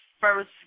first